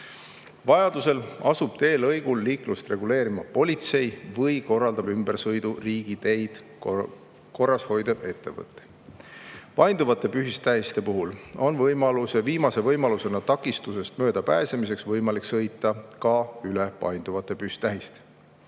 Vajaduse korral asub teelõigul liiklust reguleerima politsei või korraldab ümbersõidu riigiteid korras hoidev ettevõte. Painduvate püsttähiste puhul on viimase võimalusena takistusest möödapääsemiseks võimalik sõita ka üle painduvate püsttähiste.